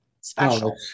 special